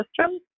system